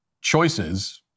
choices